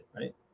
right